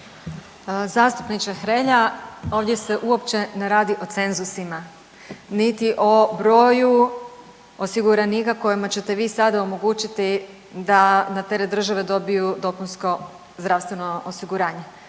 Zastupniče Hrelja, ovdje se uopće ne radi o cenzusima, niti o broju osiguranika kojima ćete vi sada omogućiti da na teret države dobiju dopunsko zdravstveno osiguranje,